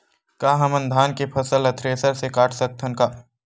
का हमन धान के फसल ला थ्रेसर से काट सकथन का?